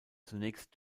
zunächst